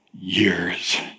years